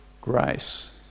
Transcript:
grace